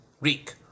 Greek